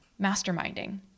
masterminding